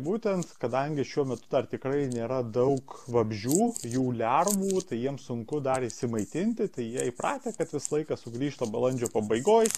būtent kadangi šiuo metu dar tikrai nėra daug vabzdžių jų lervų tai jiems sunku dar išsimaitinti tai jie įpratę kad visą laiką sugrįžta balandžio pabaigoj